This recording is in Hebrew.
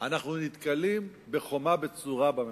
אנחנו נתקלים בחומה בצורה בממשלה.